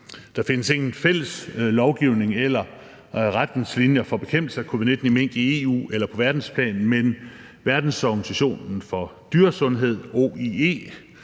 Der findes ingen fælles lovgivning eller retningslinjer for bekæmpelse af covid-19 i mink i EU eller på verdensplan, men Verdensorganisationen for dyresundhed, OIE,